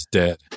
dead